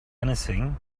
anything